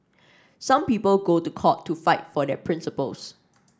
some people go to court to fight for their principles